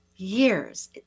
Years